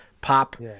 pop